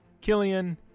Killian